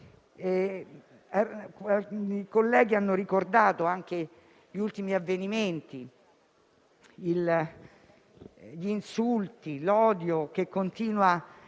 I colleghi hanno ricordato gli ultimi avvenimenti, gli insulti, l'odio che continua